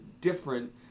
different